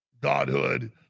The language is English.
godhood